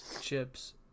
chips